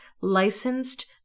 licensed